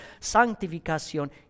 santificación